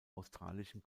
australischen